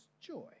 joy